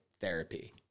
therapy